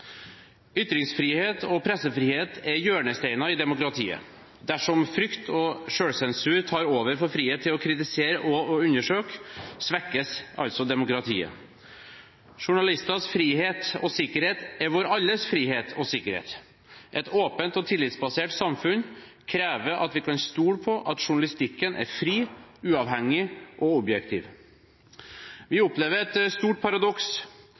Ytringsfrihet og pressefrihet er hjørnestener i demokratiet. Dersom frykt og selvsensur tar over for frihet til å kritisere og undersøke, svekkes altså demokratiet. Journalisters frihet og sikkerhet er vår alles frihet og sikkerhet. Et åpent og tillitsbasert samfunn krever at vi kan stole på at journalistikken er fri, uavhengig og objektiv. Vi opplever et stort paradoks